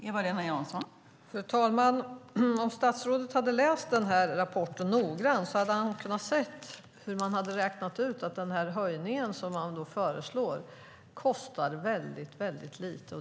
Fru talman! Om statsrådet hade läst rapporten noggrant hade han kunnat se hur man hade räknat ut att den höjning som föreslås kostar väldigt lite.